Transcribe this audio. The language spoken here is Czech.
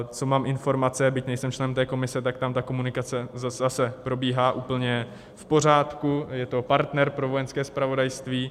Co mám informace, byť nejsem člen té komise, tak tam komunikace zase probíhá úplně v pořádku a je to partner pro Vojenské zpravodajství.